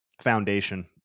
foundation